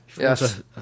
Yes